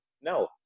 no